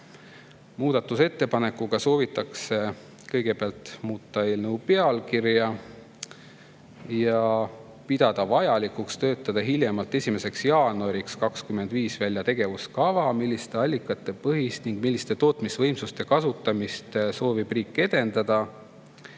Muudatusettepanekuga soovitakse kõigepealt muuta eelnõu pealkirja ja pidada vajalikuks töötada hiljemalt 1. jaanuariks 2025 välja tegevuskava, milliste allikate põhist ning milliste tootmisvõimsuste kasutamist soovib riik edendada.